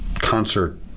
concert